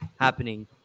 happening